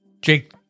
Jake